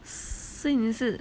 so 你是